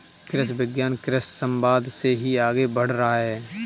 कृषि विज्ञान कृषि समवाद से ही आगे बढ़ रहा है